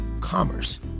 commerce